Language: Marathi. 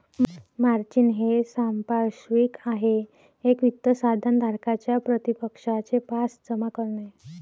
मार्जिन हे सांपार्श्विक आहे एक वित्त साधन धारकाच्या प्रतिपक्षाचे पास जमा करणे